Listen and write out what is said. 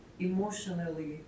emotionally